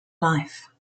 life